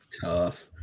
Tough